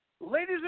Ladies